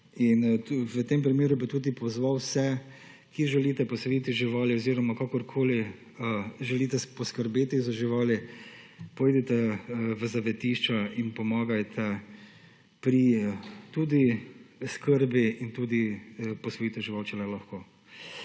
V tem primeru bi tudi pozval vse, ki želite posvojiti živali oziroma kakorkoli želite poskrbeti za živali, pojdite v zavetišča in pomagajte pri tudi skrbi in tudi posvojite žival, če le lahko.